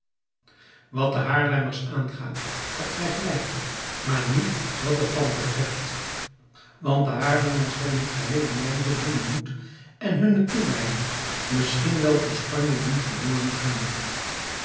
wat de haarlemmers aangaat hebt gij gelijk maar niet wat het land betreft want de haarlemmers hebben het heele land door hunnen moed en hunne toewijding misschien wel voor spanje doen verloren gaan